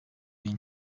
bin